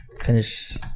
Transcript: finish